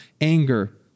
anger